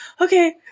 Okay